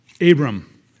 Abram